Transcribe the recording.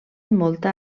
molta